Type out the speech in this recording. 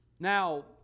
Now